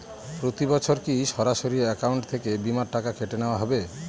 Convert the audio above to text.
প্রতি বছর কি সরাসরি অ্যাকাউন্ট থেকে বীমার টাকা কেটে নেওয়া হবে?